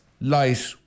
light